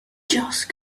just